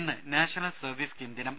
ഇന്ന് national service scheme ദിനം